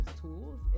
tools